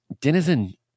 Denizen